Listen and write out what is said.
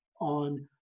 on